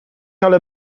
ale